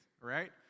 right